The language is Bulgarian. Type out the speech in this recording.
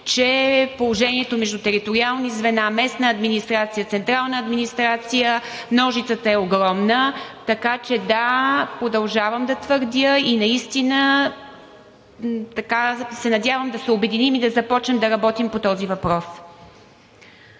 че положението между териториални звена, местна администрация, централна администрация, ножицата е огромна. Така че, да, продължавам да твърдя и се надявам да се обединим и да започнем да работим по този въпрос.